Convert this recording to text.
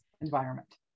environment